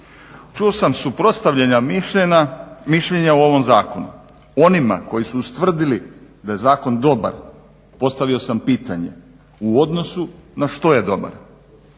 Čuo sam suprotstavljena mišljenja u ovom zakonu. Onima koji su ustvrdili da je zakon dobar postavio sam pitanje u odnosu na što je dobar.